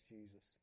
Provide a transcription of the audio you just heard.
Jesus